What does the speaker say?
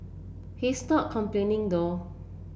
he is not complaining though